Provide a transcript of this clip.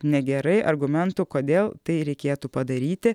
negerai argumentų kodėl tai reikėtų padaryti